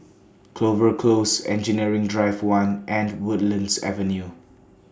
Clover Close Engineering Drive one and Woodlands Avenue